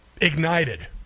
ignited